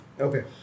Okay